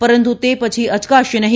પરંતુ તે પછી અયકાશે નહી